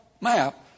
map